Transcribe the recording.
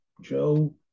Joe